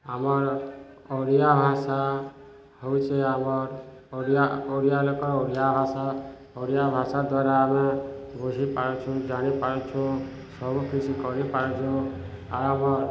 ଆମର ଓଡ଼ିଆ ଭାଷା ହେଉଛି ଆମର ଓଡ଼ିଆ ଓଡ଼ିଆ ଲୋକ ଓଡ଼ିଆ ଭାଷା ଓଡ଼ିଆ ଭାଷା ଦ୍ୱାରା ଆମେ ବୁଝିପାରୁଛୁ ଜାଣିପାରୁଛୁ ସବୁକିଛି କରିପାରୁଛୁ ଆମର